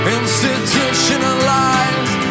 Institutionalized